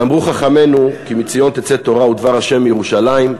ואמרו חכמינו: "כי מציון תצא תורה ודבר ה' מירושלם",